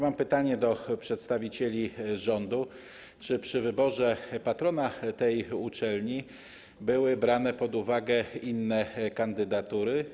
Mam pytanie do przedstawicieli rządu: Czy przy wyborze patrona tej uczelni były brane pod uwagę inne kandydatury?